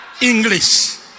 English